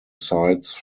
sights